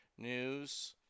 News